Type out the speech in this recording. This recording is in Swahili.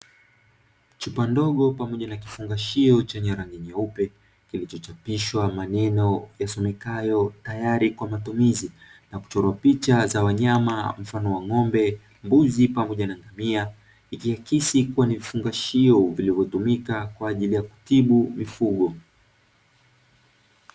Chupa ndogo pamoja na kifungashio chenye rangi nyeupe kilichochapishwa maneno yasomekayo "tayari kwa matumizi" na kuchoro picha za wanyama mfano wa ng'ombe, mbuzi pamoja na ngamia, ikihisi kuwa ni mfungashiwo vilivyotumika kwa ajili ya kutibu mifugo.